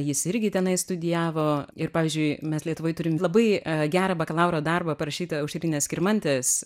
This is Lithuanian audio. jis irgi tenai studijavo ir pavyzdžiui mes lietuvoj turim labai gerą bakalauro darbą parašytą aušrinės skirmantės